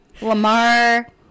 lamar